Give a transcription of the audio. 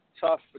tough